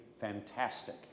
fantastic